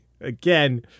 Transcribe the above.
again